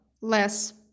less